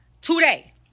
today